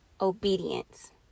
obedience